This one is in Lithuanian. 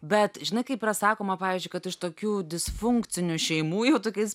bet žinai kaip yra sakoma pavyzdžiui kad iš tokių disfunkcinių šeimų jau tokiais